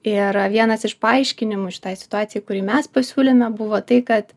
ir vienas iš paaiškinimų šitai situacijai kurį mes pasiūlėme buvo tai kad